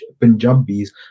Punjabis